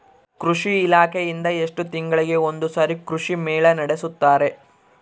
ಕೃಷಿ ಇಲಾಖೆಯಿಂದ ಎಷ್ಟು ತಿಂಗಳಿಗೆ ಒಂದುಸಾರಿ ಕೃಷಿ ಮೇಳ ನಡೆಸುತ್ತಾರೆ?